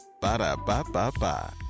Ba-da-ba-ba-ba